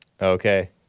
okay